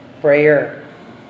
Prayer